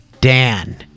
Dan